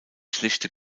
schlichte